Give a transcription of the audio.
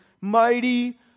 mighty